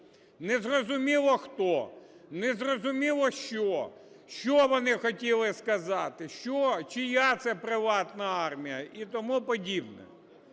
Незрозуміло, хто, незрозуміло що, що вони хотіли сказати, що, чия це приватна армія і тому подібне.